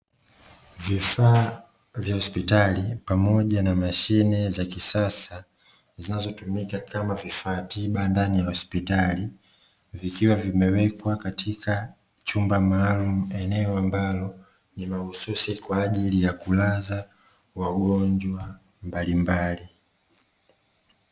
Vifaa vya hospitali, pamoja na mashine za kisasa zinazotumika kama vifaa tiba, ndani ya hospitali vikiwa vimewekwa katika chumba maalumu eneo ambalo ni mahususi kwa ajili ya kulaza wagonjwa mbalimbali.